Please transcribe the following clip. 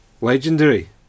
Legendary